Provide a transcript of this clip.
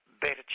better